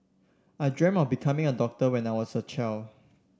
I dreamt of becoming a doctor when I was a child